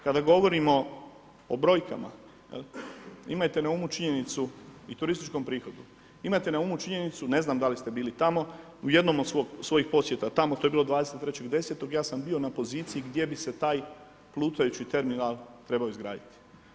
Kada govorimo o brojkama imajte na umu činjenicu, i turističkom prihodu, imajte na umu činjenicu, ne znam da li ste bili tamo, u jednom od svojih posjeta tamo, to je bilo 23.10. ja sam bio na poziciji gdje bi se taj plutajući terminal trebao izgraditi.